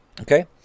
Okay